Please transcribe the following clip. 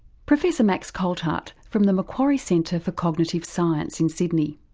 professor max coltheart from the macquarie centre for cognitive science in sydney.